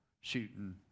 shooting